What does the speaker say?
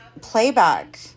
playback